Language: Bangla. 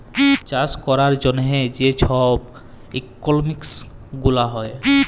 চাষ ক্যরার জ্যনহে যে ছব ইকলমিক্স গুলা হ্যয়